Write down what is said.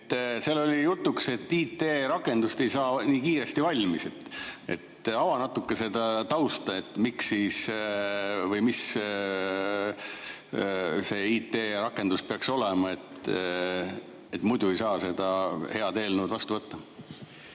Seal oli jutuks, et IT‑rakendust ei saa nii kiiresti valmis. Ava natukene seda tausta, miks või mis see IT‑rakendus peaks olema, et muidu ei saa seda head eelnõu vastu võtta.